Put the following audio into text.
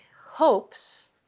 hopes